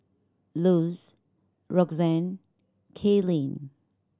Luz Roxanne Kaelyn